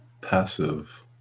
passive